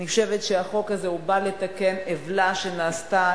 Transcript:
אני חושבת שהחוק הזה בא לתקן עוולה שנעשתה